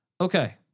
Okay